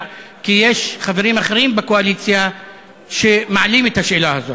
אני מבקש מהכנסת לאשר בקריאה שנייה ושלישית את הצעת החוק שהוגשה לכאן,